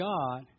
God